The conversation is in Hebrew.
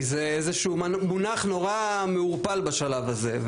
כי זה איזשהו מונח מאוד מעורפל בשלב הזה,